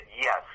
yes